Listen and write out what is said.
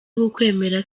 w’ukwemera